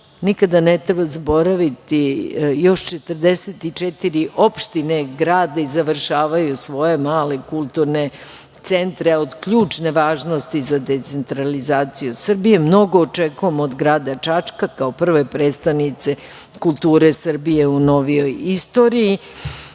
njemu. Nikada ne treba zaboraviti, još 44 opštine grade i završavaju svoje male kulturne centre, a od ključne važnosti za decentralizaciju Srbije. Mnogo očekujem od grada Čačka kao prve prestonice kulture Srbije u novijoj istoriji.